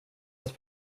att